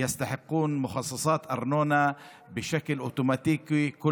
שמגיעות להם קצבאות, באופן אוטומטי בכל